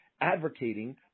advocating